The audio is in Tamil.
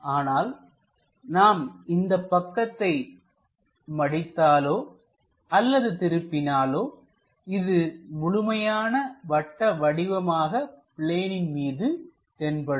ஆனால் நாம் இந்தப் பக்கத்தை மடித்தாலோ அல்லது திருப்பினாலோ இது முழுமையான வட்ட வடிவமாக பிளேனின் மீது தென்படும்